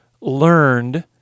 learned